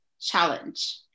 challenge